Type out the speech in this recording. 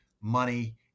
money